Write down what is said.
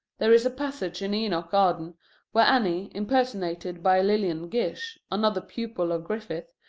there is a passage in enoch arden where annie, impersonated by lillian gish, another pupil of griffith,